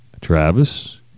Travis